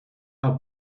have